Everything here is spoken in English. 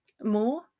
More